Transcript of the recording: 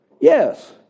Yes